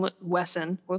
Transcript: Wesson